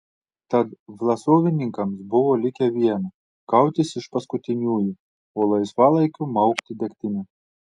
tad vlasovininkams buvo likę viena kautis iš paskutiniųjų o laisvalaikiu maukti degtinę